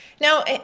Now